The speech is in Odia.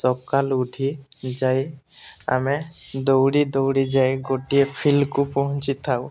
ସକାଳୁ ଉଠି ଯାଇ ଆମେ ଦୌଡ଼ି ଦୌଡ଼ି ଯାଇ ଗୋଟିଏ ଫିଲ୍ଡକୁ ପହଞ୍ଚି ଥାଉ